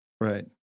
Right